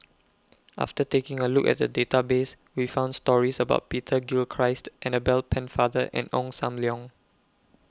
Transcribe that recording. after taking A Look At The Database We found stories about Peter Gilchrist Annabel Pennefather and Ong SAM Leong